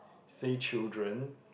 say children